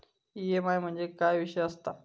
EMI म्हणजे काय विषय आसता?